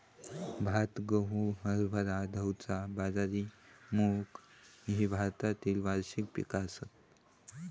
भात, गहू, हरभरा, धैंचा, बाजरी, मूग ही भारतातली वार्षिक पिका आसत